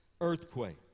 earthquake